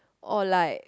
or like